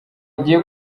agiye